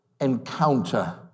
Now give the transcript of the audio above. encounter